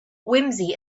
whimsy